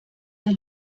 der